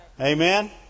Amen